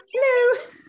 hello